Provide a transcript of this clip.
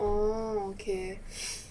orh okay